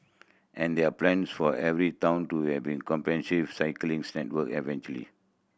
and there are plans for every town to comprehensive cycling work eventually